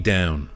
Down